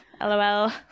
LOL